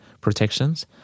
protections